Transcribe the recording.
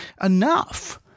Enough